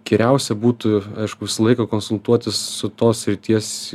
geriausia būtų aišku visą laiką konsultuotis su tos srities